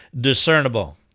discernible